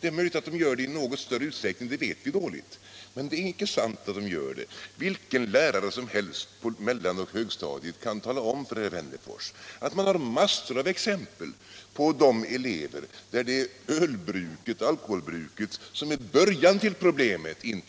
Det är möjligt att de gör det i något större utsträckning, men det vet vi inte mycket om. Däremot är det inte sant att de undgår missbruket. Vilken lärare som helst på mellanoch högstadiet kan ge herr Wennerfors massor av exempel på elever för vilka det är ölbruket, alkoholbruket, som är början till problemen.